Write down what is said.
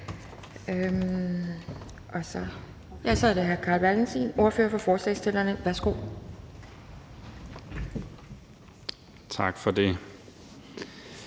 Tak for det.